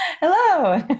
Hello